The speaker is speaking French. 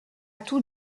tout